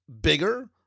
bigger